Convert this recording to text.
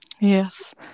Yes